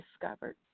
discovered